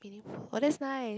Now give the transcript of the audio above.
oh that is nice